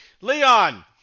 Leon